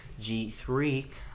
G3